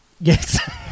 Yes